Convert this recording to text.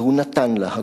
והוא נתן לה הכול.